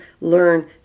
learn